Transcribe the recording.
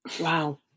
wow